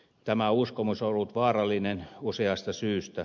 tämä uskomus on ollut vaarallinen useasta syystä